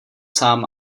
sám